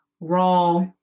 raw